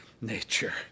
nature